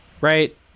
Right